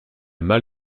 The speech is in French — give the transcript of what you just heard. mal